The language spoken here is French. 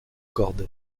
corday